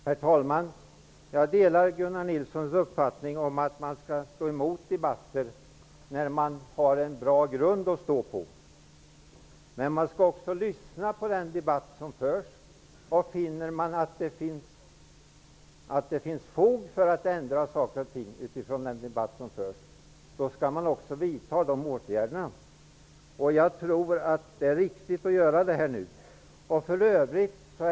Herr talman! Jag delar Gunnar Nilssons uppfattning om att man skall stå emot kampanjer när man har en bra grund att stå på. Men man skall också lyssna på den debatt som förs. Om man finner att det finns fog för att ändra saker och ting utifrån den debatt som förs, skall man också vidta åtgärder. Jag tror att det är riktigt att göra det nu.